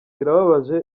birababaje